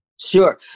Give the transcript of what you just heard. Sure